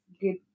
good